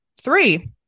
three